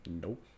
Nope